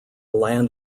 land